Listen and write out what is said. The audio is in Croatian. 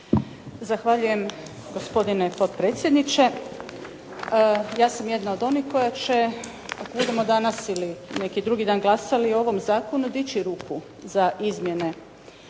Zahvaljujem gospodine potpredsjedniče. Ja sam jedna od onih koja će ako budemo danas ili neki drugi dan glasali o ovom zakonu, dići ruku za izmjene,